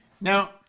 Now